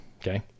Okay